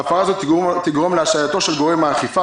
ההפרה הזאת תגרום להשעייתו של גורם האכיפה,